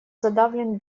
задавлен